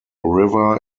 river